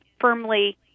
firmly